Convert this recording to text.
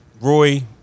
Roy